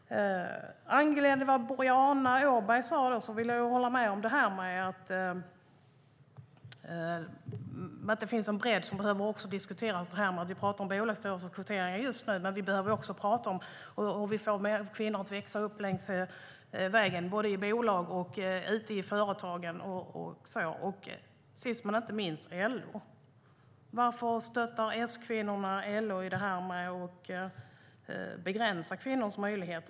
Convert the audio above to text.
Angående vad Boriana Åberg sade håller jag med om att det finns en bredd som också behöver diskuteras - vi talar just nu om bolagsstyrelser och kvotering, men vi behöver även prata om hur vi får kvinnor att växa upp längs vägen. Det gäller både bolag och ute i företagen, och det gäller sist men inte minst LO. Varför stöttar S-kvinnorna LO i det här med att begränsa kvinnors möjligheter?